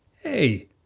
hey